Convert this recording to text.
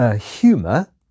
humour